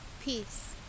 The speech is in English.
peace